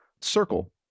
circle